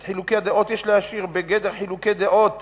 את חילוקי הדעות יש להשאיר בגדר חילוקי דעות